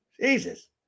Jesus